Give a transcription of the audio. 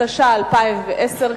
התש"ע 2010,